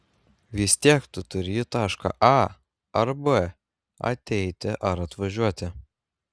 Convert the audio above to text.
vis tiek tu turi į tašką a ar b ateiti ar atvažiuoti